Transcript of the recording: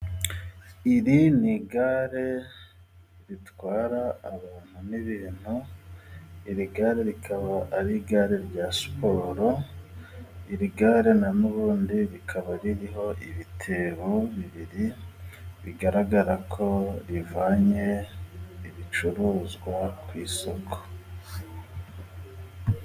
Iri ni igare ritwara abantu n'ibintu, iri gare rikaba ari igare rya siporo, iri gare n'ubundi, rikaba ririho ibitebo bibiri bigaragara ko bivanye ibicuruzwa ku isoko.